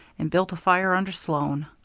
and built a fire under sloan.